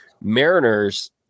mariners